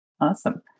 Awesome